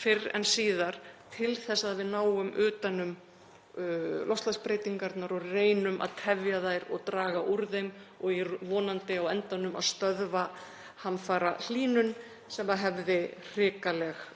fyrr en síðar til að við náum utan um loftslagsbreytingarnar og reynum að tefja þær og draga úr þeim og vonandi á endanum að stöðva hamfarahlýnun sem hefði hrikalegar